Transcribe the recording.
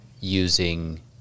Using